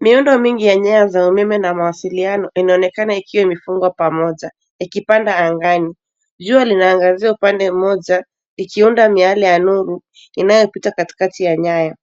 Miundo mingi ya nyaya zao umeme na mawasiliano inaonekana ikiwa imefungwa pamoja ikipanda angani. Jua linaangazia upande mmoja, ikiunda miale ya nuru inayopita katikati ya nyaya.